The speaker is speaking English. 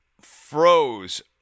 froze